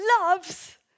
loves